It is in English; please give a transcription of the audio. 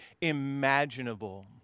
imaginable